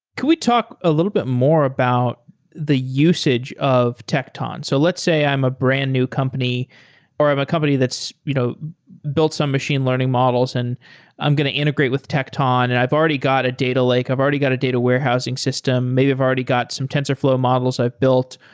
could we talk a little bit more about the usage of tecton? so let's say i'm a brand new company or i'm a company that's you know built some machine learning models and i'm going to integrate with tecton and i've already got a data lake. i've already got a data warehousing system. maybe i've already got some tensorflow models i've built.